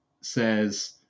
says